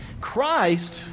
Christ